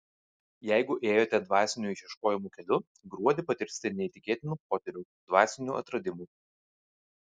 jeigu ėjote dvasinių ieškojimų keliu gruodį patirsite neįtikėtinų potyrių dvasinių atradimų